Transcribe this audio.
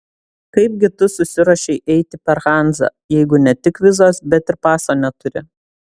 kaip gi tu susiruošei eiti per hanzą jeigu ne tik vizos bet ir paso neturi